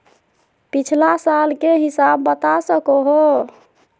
पिछला साल के हिसाब बता सको हो?